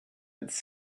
its